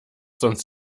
sonst